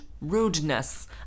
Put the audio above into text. Rudeness